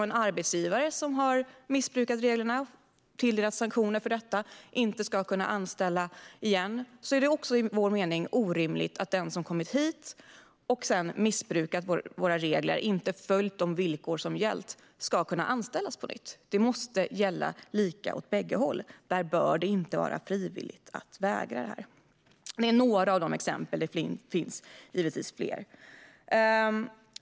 En arbetsgivare som har missbrukat reglerna åläggs sanktioner för detta och hindras att anställa igen. Därför är det enligt vår mening också orimligt att den som har kommit hit och missbrukat våra regler och inte följt de villkor som gäller ska kunna anställas på nytt. Det måste gälla lika åt bägge håll; där bör det inte vara frivilligt att vägra. Detta är några exempel, och det finns givetvis fler.